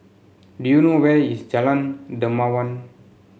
do you know where is Jalan Dermawan